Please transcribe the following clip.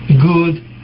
good